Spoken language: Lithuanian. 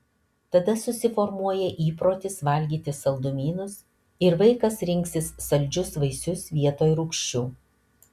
tada susiformuoja įprotis valgyti saldumynus ir vaikas rinksis saldžius vaisius vietoj rūgščių